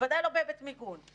בוודאי לא בהיבט מיגון.